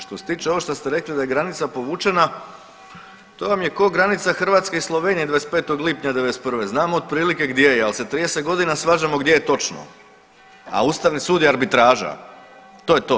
Što se tiče ovo što ste rekli da je granica povučena, to vam je granica Hrvatske i Slovenije 25. lipnja '91., znamo otprilike gdje je, ali se 30 godina svađamo gdje točno, a ustavni sud je arbitraža, to je to.